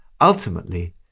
Ultimately